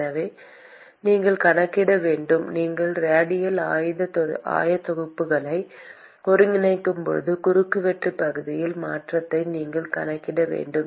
எனவே நீங்கள் கணக்கிட வேண்டும் நீங்கள் ரேடியல் ஆயத்தொகுப்புகளை ஒருங்கிணைக்கும்போது குறுக்கு வெட்டு பகுதியில் மாற்றத்தை நீங்கள் கணக்கிட வேண்டும்